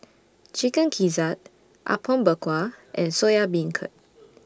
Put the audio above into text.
Chicken Gizzard Apom Berkuah and Soya Beancurd